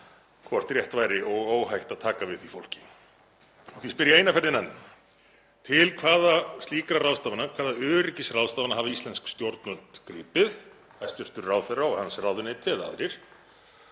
hvort rétt væri og óhætt að taka við þeim. Því spyr ég eina ferðina enn: Til hvaða slíkra ráðstafana, hvaða öryggisráðstafana, hafa íslensk stjórnvöld gripið, hæstv. ráðherra og hans ráðuneyti eða aðrir?